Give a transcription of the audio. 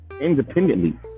independently